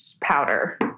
powder